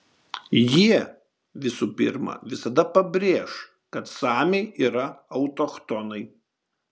jie visų pirma visada pabrėš kad samiai yra autochtonai